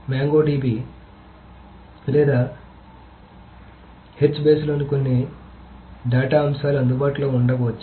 Mongo DB లేదా H బేస్లోని కొన్ని డేటా అంశాలు అందుబాటులో ఉండకపోవచ్చు